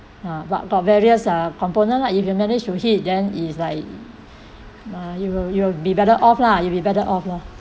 but got various uh component lah if you manage to hit then is like you you you will be better off lah you'll be better off lor